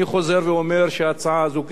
אני חוזר ואומר שההצעה הזו,